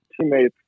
teammates